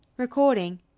Recording